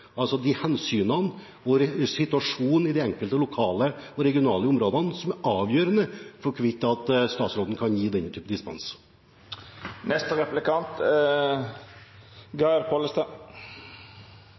altså er det hensynene og situasjonen i de enkelte lokale og regionale områdene som er avgjørende for hvorvidt statsråden kan gi denne